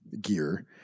gear